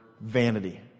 vanity